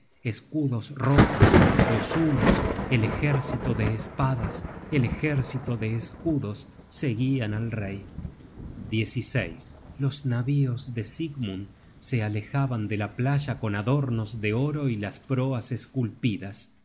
escudos rojos los hunos el ejército de espadas el ejército de escudos seguian al rey ánsares ó gansos content from google book search generated at navíos de sigmund se alejaban de la playa con adornos de oro y las proas esculpidas